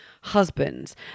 husbands